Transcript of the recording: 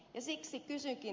siksi kysynkin